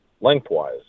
lengthwise